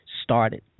Started